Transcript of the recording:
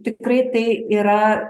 tikrai tai yra